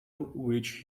which